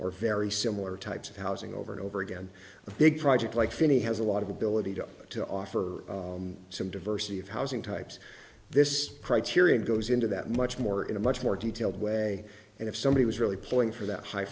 or very similar types of housing over and over again a big project like finney has a lot of ability to to offer some diversity of housing types this criterion goes into that much more in a much more detailed way and if somebody was really pulling for that high